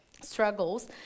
struggles